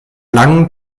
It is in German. langen